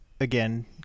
again